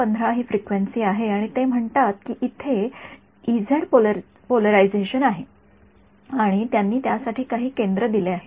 १५ ही फ्रिक्वेन्सीआहे आणि ते म्हणतात की येथे पोलरायझेशन आहे आणि त्यांनी त्यासाठी काही केंद्र दिले आहे